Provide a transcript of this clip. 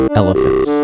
elephants